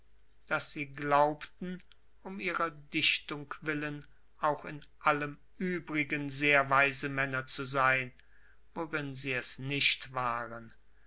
daß sie glaubten um ihrer dichtung willen auch in allem übrigen sehr weise männer zu sein worin sie es nicht waren